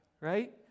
right